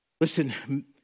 Listen